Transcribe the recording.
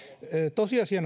tosiasia